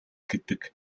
гэдэг